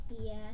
Yes